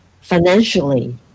financially